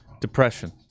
depression